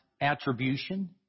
attribution